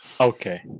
Okay